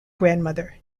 grandmother